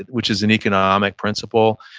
which is an economic principle,